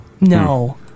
No